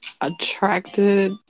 attracted